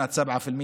היה 7%,